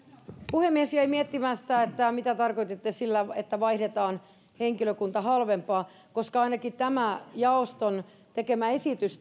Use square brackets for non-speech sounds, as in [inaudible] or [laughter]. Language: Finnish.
puhemies jäin miettimään mitä tarkoititte sillä että vaihdetaan henkilökunta halvempaan koska ainakin tämä jaoston tekemä esitys [unintelligible]